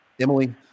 Emily